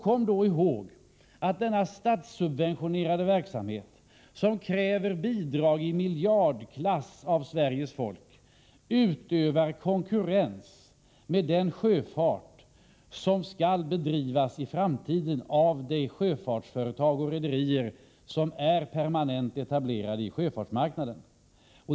Kom då ihåg att denna statssubventionerade verksamhet som av Sveriges folk kräver bidrag i miljardklassen utövar konkurrens med den sjöfart som skall bedrivas i framtiden av de sjöfartsföretag och rederier som är permanent etablerade på sjöfartsmarknaden.